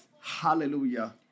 hallelujah